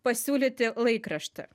pasiūlyti laikraštį